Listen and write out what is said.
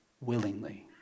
willingly